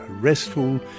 restful